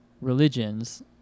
religions